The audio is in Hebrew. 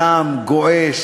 אני, אדוני היושב-ראש,